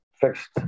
fixed